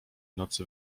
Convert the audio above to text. nocy